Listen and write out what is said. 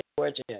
Georgia